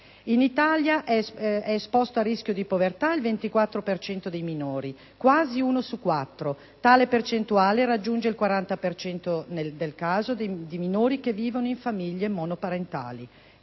In Italia è esposto a rischio di povertà il 24 per cento dei minori, quasi uno su quattro. Tale percentuale raggiunge il 40 per cento nel caso di minori che vivono in famiglie monoparentali.